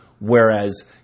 Whereas